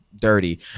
dirty